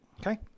okay